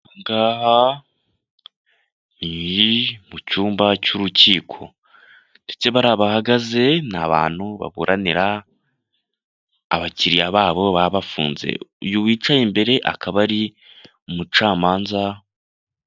Ahangaha ni mu cyumba cy'urukiko ndetse bariya bahagaze ni abantu baburanira abakiriya babo baba bafunze. Uyu wicaye imbere akaba ari umucamanza.